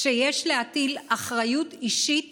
שיש להטיל אחריות אישית